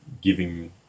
giving